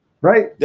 Right